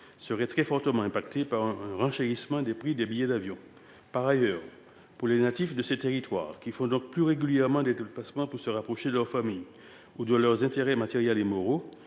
seraient très fortement affectés par le renchérissement des prix des billets d’avion. Par ailleurs, pour les natifs de ces territoires, qui font régulièrement des déplacements pour se rapprocher de leur famille ou par intérêt matériel et moral,